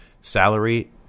salary